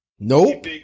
Nope